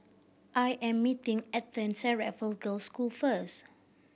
I am meeting Ethan's at Raffle Girls' School first